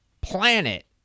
planet